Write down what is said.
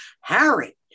Harry